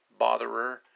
botherer